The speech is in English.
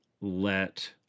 let